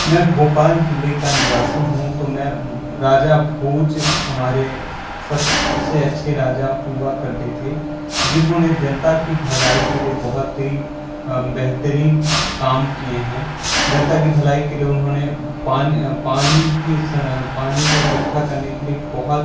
मैं भोपाल जिले का निवासी हूँ तो मैं राजा भोज हमारे सबसे अच्छे राजा हुआ करते थे जिन्होंने जनता की भलाई के लिए बहुत ही बेहतरीन काम किए हैं जनता की भलाई के लिए उन्होंने पानी की पानी को इकठ्ठा करने के लिए बहुत